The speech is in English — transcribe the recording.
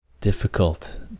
difficult